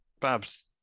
Babs